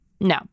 No